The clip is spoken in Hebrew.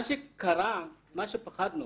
מה שקרה, מה שפחדנו